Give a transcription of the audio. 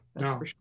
no